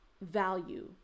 value